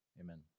amen